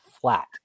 flat